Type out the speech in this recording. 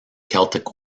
celtic